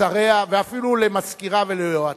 לשריה ואפילו למזכירה וליועציה,